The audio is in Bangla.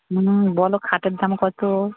তুমি বলো খাটের দাম কত